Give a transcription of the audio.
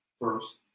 first